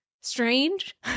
strange